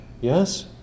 Yes